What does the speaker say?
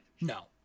No